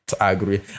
agree